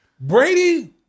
Brady